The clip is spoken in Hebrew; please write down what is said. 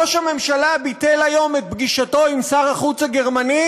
ראש הממשלה ביטל היום את פגישתו עם שר החוץ הגרמני,